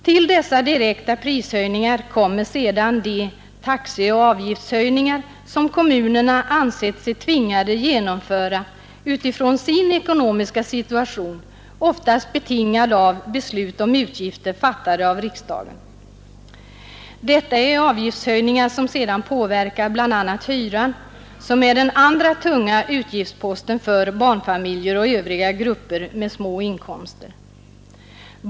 Till dessa direkta prishöjningar kommer sedan de taxeoch avgiftshöjningar som kommunerna ansett sig tvingade att genomföra med hänsyn till sin ekonomiska situation, oftast betingad av beslut om utgifter fattade av riksdagen. Detta är avgiftshöjningar som sedan påverkar bl.a. hyran, som är den andra tunga utgiftsposten för barnfamiljer och övriga grupper med små inkomster.